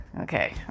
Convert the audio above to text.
Okay